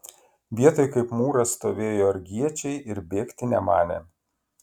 vietoj kaip mūras stovėjo argiečiai ir bėgti nemanė